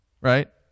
right